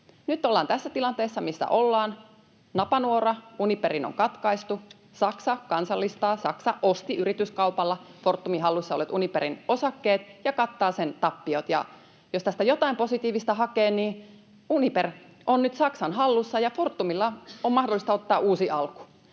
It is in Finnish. Nyt ollaan tässä tilanteessa, missä ollaan. Napanuora Uniperiin on katkaistu. Saksa kansallistaa, Saksa osti yrityskaupalla Fortumin hallussa olleet Uniperin osakkeet ja kattaa sen tappiot. Ja jos tästä jotain positiivista hakee, niin Uniper on nyt Saksan hallussa ja Fortumilla on mahdollista ottaa uusi alku